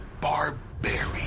barbarian